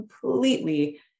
completely